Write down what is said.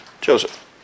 Joseph